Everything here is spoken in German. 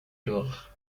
durch